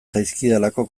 zaizkidalako